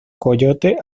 coyote